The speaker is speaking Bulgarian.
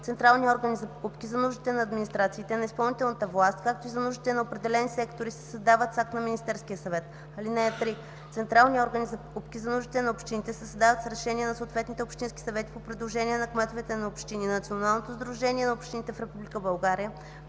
Централни органи за покупки за нуждите на администрациите на изпълнителната власт, както и за нуждите на определени сектори се създават с акт на Министерския съвет. (3) Централни органи за покупки за нуждите на общините се създават с решение на съответните общински съвети по предложение на кметовете на общини. Националното сдружение на общините в